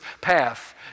path